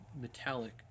metallic